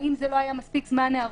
האם זה לא היה מספיק זמן היערכות?